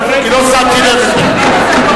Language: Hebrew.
כי לא שמתי לב לפני כן.